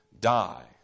die